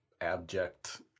abject